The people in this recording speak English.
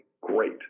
Great